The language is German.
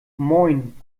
moin